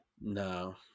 No